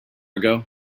ago